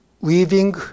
Weaving